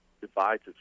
divides